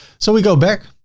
so we go back,